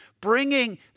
bringing